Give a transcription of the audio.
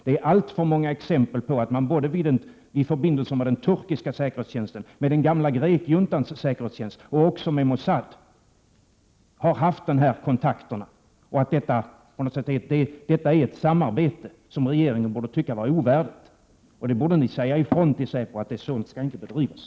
Det finns alltför många exempel på att man vid förbindelser med den turkiska säkerhetstjänsten, den gamla grekiska juntans säkerhetstjänst och också med Mossad har haft sådana kontakter. Detta är ett samarbete som regeringen borde anse ovärdigt. Ni borde säga ifrån till säpo att sådan verksamhet inte skall bedrivas.